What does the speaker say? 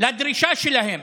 לדרישה שלהם